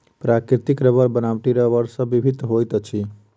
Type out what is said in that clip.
प्राकृतिक रबड़ बनावटी रबड़ सॅ भिन्न होइत अछि